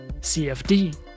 CFD